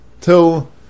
till